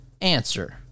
answer